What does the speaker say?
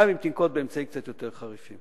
גם אם תנקוט אמצעים קצת יותר חריפים.